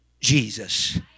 jesus